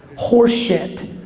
horse shit.